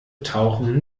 tauchen